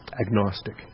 agnostic